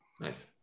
Nice